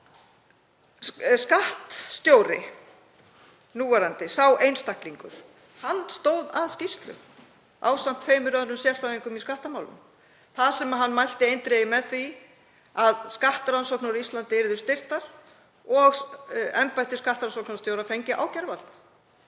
Skattstjóri núverandi, sá einstaklingur, stóð að skýrslu ásamt tveimur öðrum sérfræðingum í skattamálum þar sem hann mælti eindregið með því að skattrannsóknir á Íslandi yrðu styrktar og embætti skattrannsóknarstjóra fengið ákæruvald